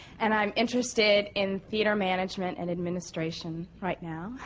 and i'm interested in theatre management and administration right now.